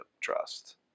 trust